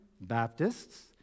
Baptists